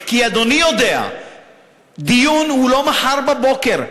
כי אדוני יודע שדיון הוא לא מחר בבוקר.